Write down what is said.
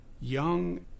young